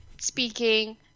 speaking